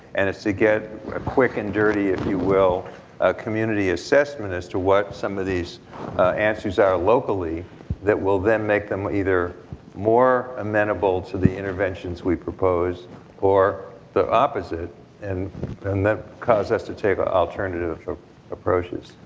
and it's to get a quick and dirty, if you, will a community assessment as to what some of these answers are locally that will then make them either more amenable to the interventions we propose or the opposite and and that causes us to take alternative approaches.